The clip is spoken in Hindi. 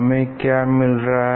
हमें क्या मिल रहा है